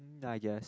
mm i guess